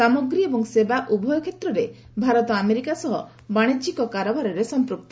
ସାମଗ୍ରି ଏବଂ ସେବା ଉଭୟ କ୍ଷେତ୍ରରେ ଭାରତ ଆମେରିକା ସହ ବାଣିଜ୍ୟିକ କାରବାରରେ ସଂପୃକ୍ତ